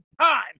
time